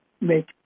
make